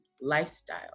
lifestyle